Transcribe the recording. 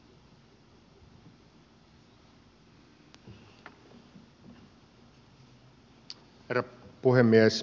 herra puhemies